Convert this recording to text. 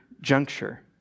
juncture